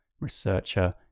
researcher